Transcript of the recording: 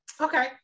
Okay